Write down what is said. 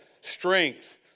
strength